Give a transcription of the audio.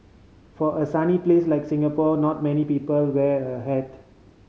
for a sunny place like Singapore not many people wear a hat